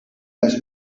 las